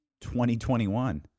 2021